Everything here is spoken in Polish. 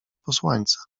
posłańca